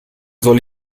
soll